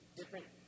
different